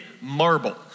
marble